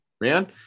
man